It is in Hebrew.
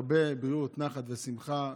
הרבה בריאות, נחת ושמחה.